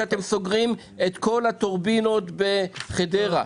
שאתם סוגרים את כל הטורבינות בחדרה.